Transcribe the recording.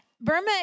Burma